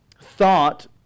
thought